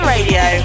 Radio